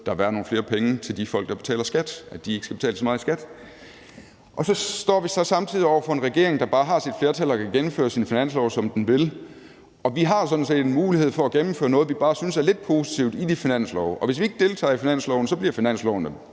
burde være nogle flere penge til de folk, der betaler skat – at de ikke skal betale så meget i skat. På den anden side står vi så samtidig over for en regering, der bare har sit flertal og kan gennemføre sine finanslove, som den vil, og vi har sådan set en mulighed for at gennemføre noget, vi synes er bare lidt positivt i de finanslovsforslag. Hvis vi ikke deltager i finansloven, bliver finanslovsforslaget